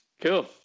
cool